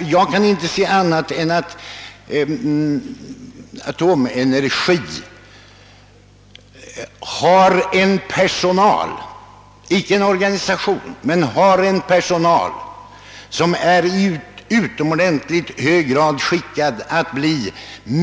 Jag kan inte förstå annat än att AB Atomenergi har, icke en organisation, men en personal som i utomordentligt hög grad är skickad att vara en